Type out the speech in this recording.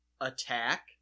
attack